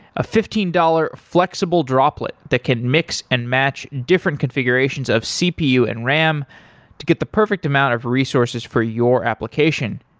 a fifteen dollars flexible droplet that can mix and match different configurations of cpu and ram to get the perfect amount of resources for your application.